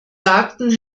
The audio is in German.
sagten